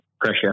pressure